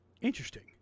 Interesting